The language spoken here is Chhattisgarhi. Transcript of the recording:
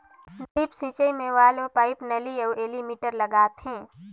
ड्रिप सिंचई मे वाल्व, पाइप, नली अउ एलीमिटर लगाथें